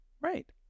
Right